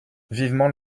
vivement